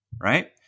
Right